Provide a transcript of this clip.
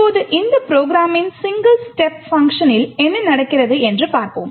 இப்போது இந்த ப்ரோக்ராமின் சிங்கிள் ஸ்டேப் பங்க்ஷனில் என்ன நடக்கிறது என்று பார்ப்போம்